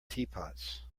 teapots